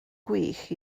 gwych